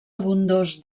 abundós